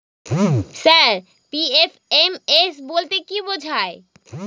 Sir PFMS বলতে কি বোঝায়?